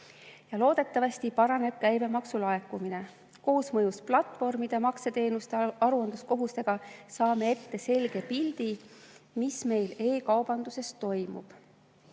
Loodetavasti käibemaksu laekumine paraneb. Koosmõjus platvormide makseteenuste aruandluskohustusega saame ette selge pildi, mis meil e‑kaubanduses toimub.